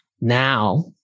Now